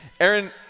Aaron